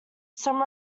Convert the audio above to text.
some